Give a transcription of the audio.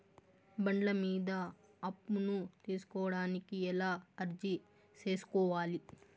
బండ్ల మీద అప్పును తీసుకోడానికి ఎలా అర్జీ సేసుకోవాలి?